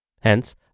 Hence